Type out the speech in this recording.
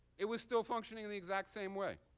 it was still functioning in the exact same way.